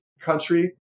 country